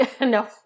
No